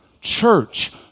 church